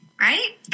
Right